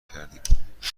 کردیم